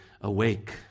awake